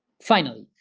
finally,